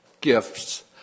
gifts